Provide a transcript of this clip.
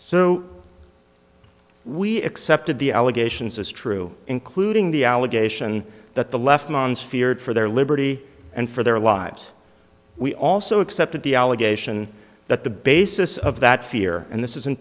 so we accepted the allegations as true including the allegation that the left months feared for their liberty and for their lives we also accepted the allegation that the basis of that fear and this is